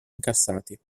incassati